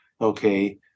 okay